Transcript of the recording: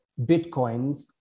bitcoins